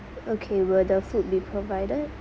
okay will the food be provided